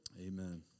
Amen